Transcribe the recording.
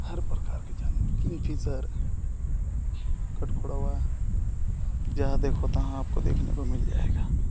हर प्रकार के जानवर किंगफिसर कठफोड़वा जहाँ देखो तहाँ आपको देखने को मिल जाएगा